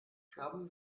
krabben